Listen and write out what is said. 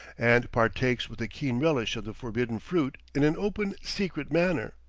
and partakes with a keen relish of the forbidden fruit in an open-secret manner.